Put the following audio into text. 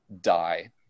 die